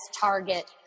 Target